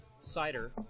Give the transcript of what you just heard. cider